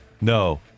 No